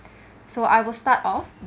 so I will start off